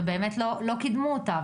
ובאמת לא קידמו אותה.